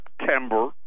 September